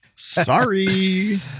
sorry